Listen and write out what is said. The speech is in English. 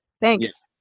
thanks